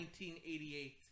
1988